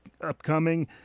upcoming